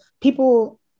people